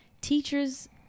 teachers